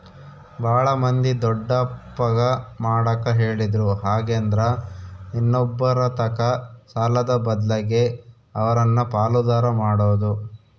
ಬಾಳ ಮಂದಿ ದೊಡ್ಡಪ್ಪಗ ಮಾಡಕ ಹೇಳಿದ್ರು ಹಾಗೆಂದ್ರ ಇನ್ನೊಬ್ಬರತಕ ಸಾಲದ ಬದ್ಲಗೆ ಅವರನ್ನ ಪಾಲುದಾರ ಮಾಡೊದು